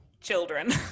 children